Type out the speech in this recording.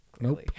Nope